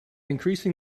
increasing